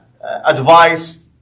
advice